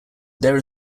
there